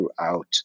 throughout